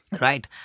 Right